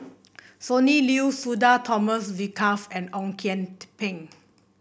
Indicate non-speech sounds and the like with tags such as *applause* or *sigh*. Sonny Liew Sudhir Thomas Vadaketh and Ong Kian *noise* Peng